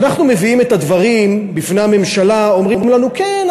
כשאנחנו מביאים את הדברים בפני הממשלה אומרים לנו: כן,